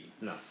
No